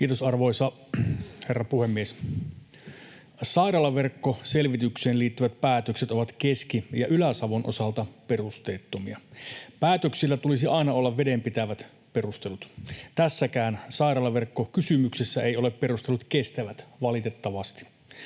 Kiitos, arvoisa herra puhemies! Sairaalaverkkoselvitykseen liittyvät päätökset ovat Keski- ja Ylä-Savon osalta perusteettomia. Päätöksillä tulisi aina olla vedenpitävät perustelut. Tässäkään sairaalaverkkokysymyksessä eivät perustelut ole kestävät, valitettavasti.